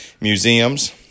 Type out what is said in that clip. museums